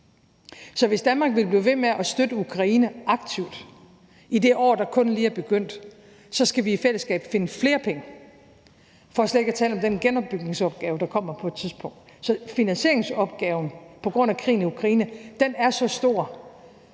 Så hvis Danmark vil blive ved med at støtte Ukraine aktivt i det år, der kun lige er begyndt, så skal vi i fællesskab finde flere penge, for slet ikke at tale om den genopbygningsopgave, der kommer på et tidspunkt. Så finansieringsopgaven på grund af krigen i Ukraine er så stor